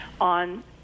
on